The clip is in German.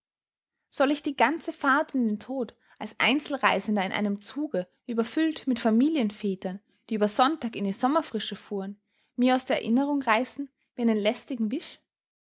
soll ich die ganze fahrt in den tod als einzelreisender in einem zuge überfüllt mit familienvätern die über sonntag in die sommerfrische fuhren mir aus der erinnerung reißen wie einen lästigen wisch